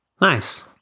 nice